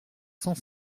cent